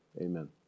amen